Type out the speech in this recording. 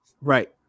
Right